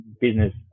business